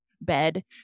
bed